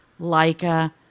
Leica